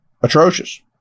Atrocious